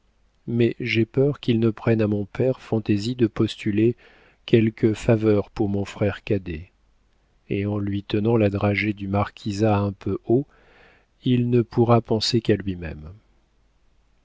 mais j'ai peur qu'il ne prenne à mon père fantaisie de postuler quelque faveur pour mon frère cadet et en lui tenant la dragée du marquisat un peu haut il ne pourra penser qu'à lui-même